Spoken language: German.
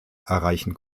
erreichen